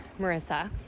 Marissa